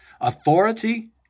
authority